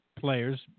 players